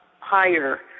higher